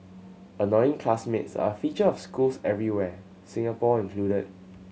annoying classmates are a feature of schools everywhere Singapore included